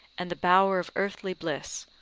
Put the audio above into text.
and the bower of earthly bliss,